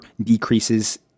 decreases